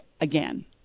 again